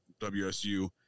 WSU